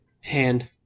Hand